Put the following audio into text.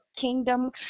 kingdom